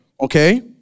Okay